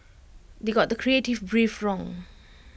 they got the creative brief wrong